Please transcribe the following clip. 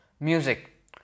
Music